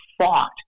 thought